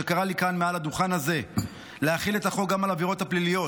שקרא לי כאן מעל הדוכן הזה להחיל את החוק גם על העבירות הפליליות,